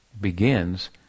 begins